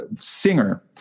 singer